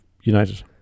United